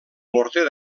morter